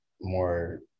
more